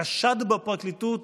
חשד בפרקליטות,